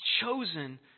chosen